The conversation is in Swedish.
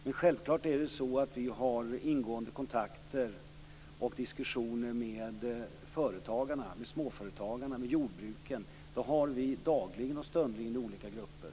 Men självfallet har vi ingående kontakter och diskussioner med företagarna, med småföretagarna, med jordbruken. Det har vi dagligen och stundligen i olika grupper.